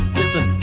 Listen